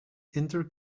inter